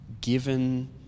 given